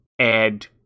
add